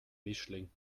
mischling